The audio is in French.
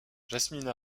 jasmine